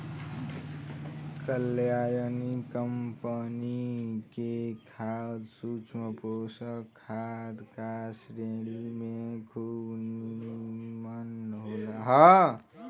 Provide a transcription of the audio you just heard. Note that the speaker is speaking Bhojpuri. कात्यायनी कंपनी के खाद सूक्ष्म पोषक खाद का श्रेणी में खूब निमन होला